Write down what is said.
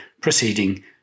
proceeding